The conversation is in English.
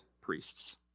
priests